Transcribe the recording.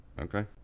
okay